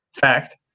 fact